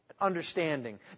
Understanding